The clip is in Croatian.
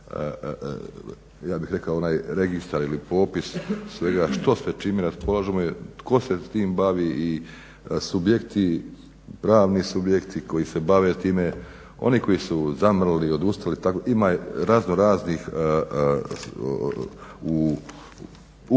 ja bih rekao onaj registar ili popis svega što sve čime raspolažemo, tko se s tim bavi i subjekti, pravni subjekti koji se bave time, oni koji su zamrli, odustali tako. Ima razno raznih, u